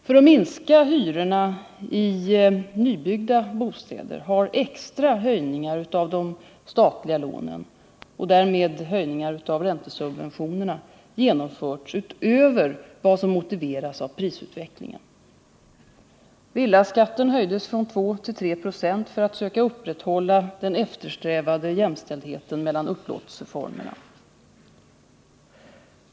För att minska hyrorna i nybyggda bostäder har extra höjningar av de statliga lånen och därmed höjningar av räntesubventionerna genomförts utöver vad som motiveras av prisutvecklingen. Villaskatterna höjdes från 2 till 3 96 i en strävan att upprätthålla den eftersträvade jämställdheten mellan upplåtelseformerna.